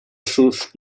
sus